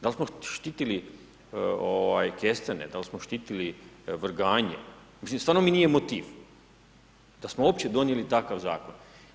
Da li smo štitili ovaj kestene, dal smo štitili vrganje, mislim stvarno mi nije motiv da smo opće donijeli takav zakon.